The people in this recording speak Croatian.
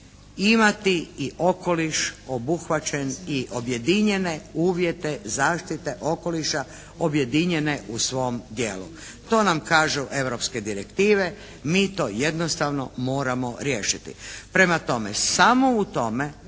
imati i okoliš obuhvaćen i objedinjene uvjete zaštite okoliša, objedinjene u svom djelu. To nam kažu europske direktive, mi to jednostavno moramo riješiti. Prema tome, samo u tom